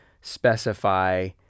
specify